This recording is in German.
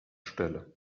stelle